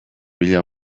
pila